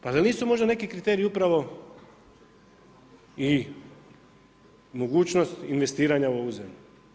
Pa zar nisu možda neki kriteriji upravo i mogućnost investiranja u ovu zemlju.